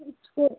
उसको